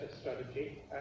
strategy